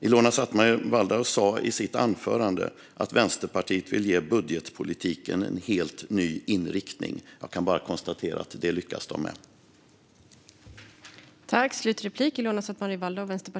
Ilona Szatmári Waldau sa i sitt anförande att Vänsterpartiet vill ge budgetpolitiken en helt ny inriktning. Jag kan bara konstatera att de lyckas med det.